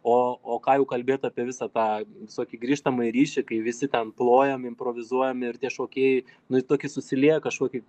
o o ką jau kalbėt apie visą tą visokį grįžtamąjį ryšį kai visi ten plojam improvizuojam ir tie šokėjai nu į tokį susilieja kažkokį